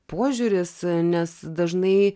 požiūris nes dažnai